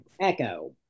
Echo